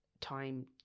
time